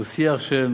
הוא שיח של